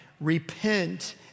Repent